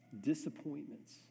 disappointments